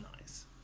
nice